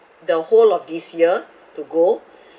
the whole of this year to go